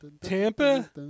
Tampa